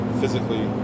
physically